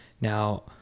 now